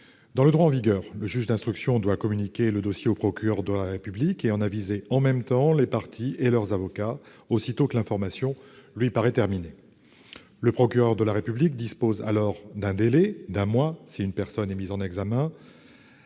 Dans le droit en vigueur, le juge d'instruction doit communiquer le dossier au procureur de la République et en aviser en même temps les parties et leurs avocats aussitôt que l'information lui paraît terminée. Le procureur de la République dispose alors d'un délai d'un mois si une personne mise en examen